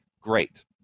Great